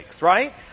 right